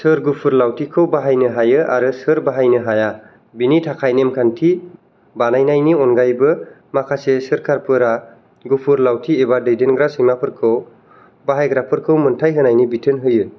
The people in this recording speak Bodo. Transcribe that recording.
सोर गुफुर लावथिखौ बाहायनो हायो आरो सोर बाहायनो हाया बेनि थाखाय नेमखान्थि बानायनायनि अनगायैबो माखासे सोरखारफोरा गुफुर लावथि एबा दैदेनग्रा सैमाफोरखौ बाहायग्राफोरखौ मोनथाय होनायनि बिथोन होयो